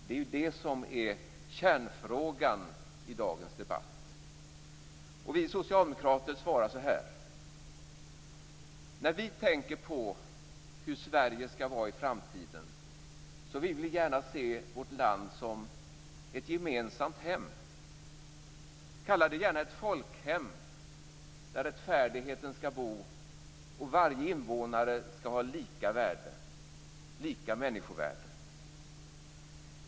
Det är det som är kärnfrågan i dagens debatt. Vi socialdemokrater svarar så här. När vi tänker på hur Sverige skall vara i framtiden vill vi gärna se vårt land som ett gemensamt hem. Kalla det gärna ett folkhem, där rättfärdigheten skall bo och varje invånare skall ha lika värde, lika människovärde.